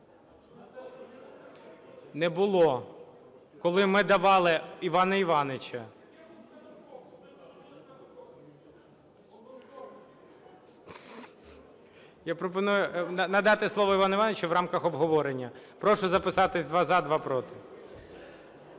Не було, коли ми давали Івана Івановича. (Шум у залі) Я пропоную надати слово Івану Івановичу в рамках обговорення. Прошу записатися: два – за, два – проти.